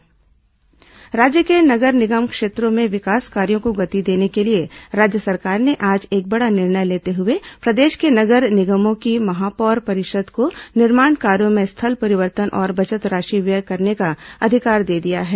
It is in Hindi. नगर निगम महापौर निर्णय राज्य के नगर निगम क्षेत्रों में विकास कार्यों को गति देने के लिए राज्य सरकार ने आज एक बड़ा निर्णय लेते हुए प्रदेश के नगर निगमों की महापौर परिषद को निर्माण कार्यो में स्थल परिवर्तन और बचत राशि व्यय करने का अधिकार दे दिया है